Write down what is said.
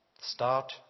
Start